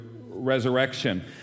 resurrection